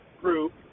...group